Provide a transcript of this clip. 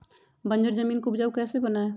बंजर जमीन को उपजाऊ कैसे बनाय?